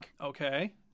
Okay